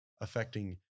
affecting